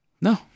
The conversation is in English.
No